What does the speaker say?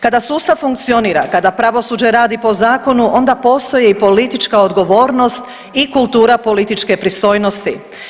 Kada sustav funkcionira i kada pravosuđe radi po zakonu onda postoji i politička odgovornost i kultura političke pristojnosti.